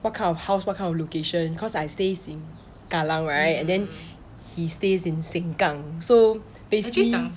what kind of house what kind of location cause I stay in kallang right and then he stays in sengkang so basically